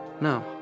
No